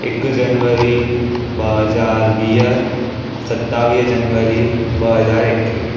हिकु जनवरी ॿ हज़ार वीह सतावीह जनवरी ॿ हज़ार एकवीह